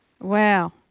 Wow